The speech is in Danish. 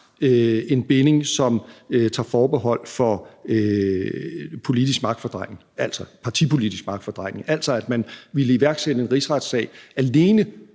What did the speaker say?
en binding, som tager forbehold for politisk magtfordrejning, altså partipolitisk magtfordrejning, altså at man ville iværksætte en rigsretssag alene